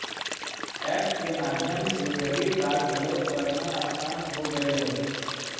app के माध्यम से क्रेडिट कार्ड प्रयोग करना आसान हो गयल हौ